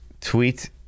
tweet